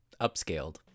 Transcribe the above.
upscaled